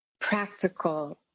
practical